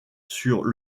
sur